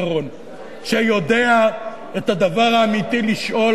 שיודע את הדבר האמיתי לשאול,